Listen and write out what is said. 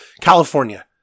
California